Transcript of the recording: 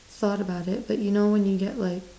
thought about it but you know when you get like